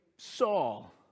Saul